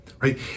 right